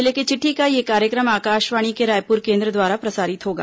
जिले की चिट्ठी का यह कार्यक्रम आकाशवाणी के रायपुर केंद्र द्वारा प्रसारित होगा